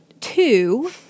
two